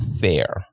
fair